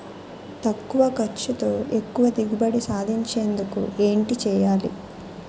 తక్కువ ఖర్చుతో ఎక్కువ దిగుబడి సాధించేందుకు ఏంటి చేయాలి?